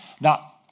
Now